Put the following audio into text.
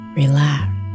relax